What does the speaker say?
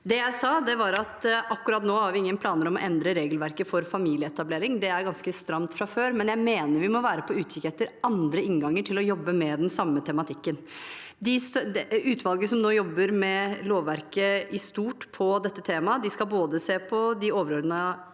Det jeg sa, var at akkurat nå har vi ingen planer om å endre regelverket for familieetablering, det er ganske stramt fra før, men jeg mener vi må være på utkikk etter andre innganger til å jobbe med den samme tematikken. Utvalget som nå jobber med lovverket i stort i forbindelse med dette temaet, skal se på de overordnede